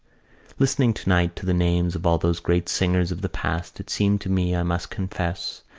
listening tonight to the names of all those great singers of the past it seemed to me, i must confess,